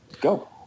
Go